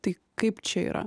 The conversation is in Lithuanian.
tai kaip čia yra